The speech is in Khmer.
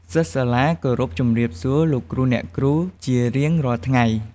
សិស្សសាលាគោរពជម្រាបសួរលោកគ្រូអ្នកគ្រូ ជារៀងរាល់ថ្ងៃ។